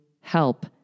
help